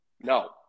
no